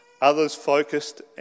others-focused